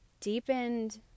deepened